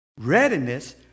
readiness